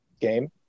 game